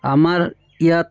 আমাৰ ইয়াত